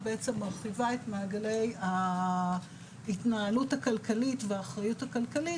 אני בעצם מרחיבה את מעגלי ההתנהלות הכלכלית והאחריות הכלכלית,